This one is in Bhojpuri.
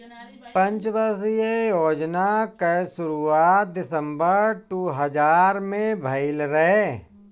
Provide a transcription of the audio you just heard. पंचवर्षीय योजना कअ शुरुआत दिसंबर दू हज़ार में भइल रहे